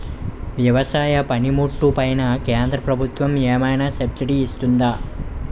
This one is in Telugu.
వ్యవసాయ పనిముట్లు పైన కేంద్రప్రభుత్వం ఏమైనా సబ్సిడీ ఇస్తుందా?